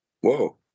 Whoa